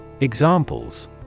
Examples